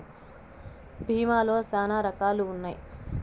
భీమా లో శ్యానా రకాలు ఉన్నాయి